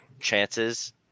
chances